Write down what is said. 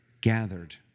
gathered